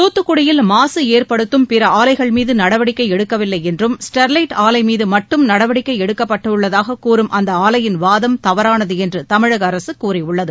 தூத்துக்குடியில் மாசு ஏற்படுத்தும் பிற ஆலைகள்மீது நடவடிக்கை எடுக்கவில்லை என்றும் ஸ்டெர்லைட் ஆலைமீது மட்டும் நடவடிக்கை எடுக்கப்பட்டுள்ளதாக கூறும் அந்த ஆலையின் வாதம் தவறானது என்று தமிழக அரசு கூறியுள்ளது